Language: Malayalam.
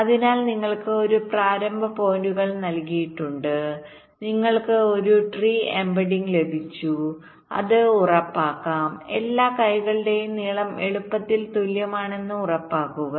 അതിനാൽ നിങ്ങൾക്ക് ഒരു പ്രാരംഭ പോയിന്റുകൾ നൽകിയിട്ടുണ്ട് നിങ്ങൾക്ക് ഒരു ട്രീ എംബഡിംഗ്ലഭിച്ചു അത് ഉറപ്പാക്കും എല്ലാ കൈകളുടെയും നീളം വലുപ്പത്തിൽ തുല്യമാണെന്ന് ഉറപ്പാക്കുക